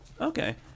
Okay